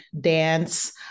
dance